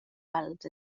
weld